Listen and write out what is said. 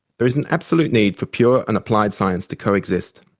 there is an absolute need for pure and applied science to coexist.